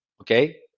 Okay